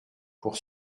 pour